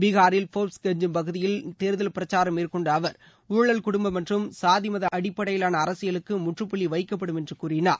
பீகாரில் போர்ப்ஸ்கஞ்ச் பகுதியில் தேர்தல் பிரச்சாரம் மேற்கொண்ட அவர் ஊழல் குடும்பம் மற்றும் சாதிமத அடிப்படையிலான அரசியலுக்கு முற்றுப்புள்ளி வைக்கப்படும் என்று கூறினார்